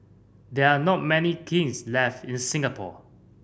there are not many kilns left in Singapore